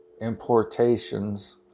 importations